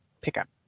pickup